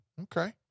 Okay